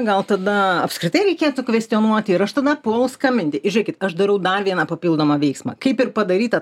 gal tada apskritai reikėtų kvestionuoti ir aš tada pagalvojau skambinti žėkit aš darau dar vieną papildomą veiksmą kaip ir padaryta